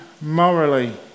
morally